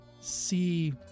see